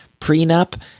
prenup